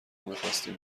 میخواستیم